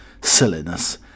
silliness